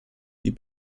die